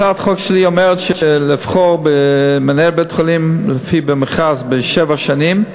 הצעת החוק שלי אומרת שיש לבחור מנהל בית-חולים במכרז לשבע שנים,